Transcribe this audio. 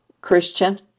Christian